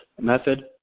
method